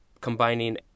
combining